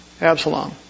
Absalom